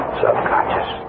subconscious